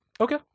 Okay